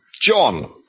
John